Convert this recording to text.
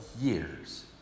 years